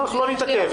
לא נתעכב.